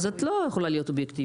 אז את לא יכולה להיות אובייקטיבית.